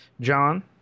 John